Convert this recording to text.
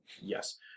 Yes